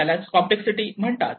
यालाच कॉम्प्लेक्ससिटी म्हणतात